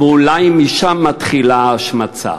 ואולי משם מתחילה ההשמצה.